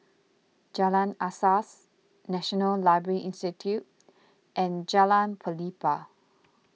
Jalan Asas National Library Institute and Jalan Pelepah